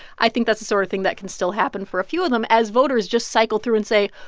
i think that's the sort of thing that can still happen for a few of them as voters just cycle through and say,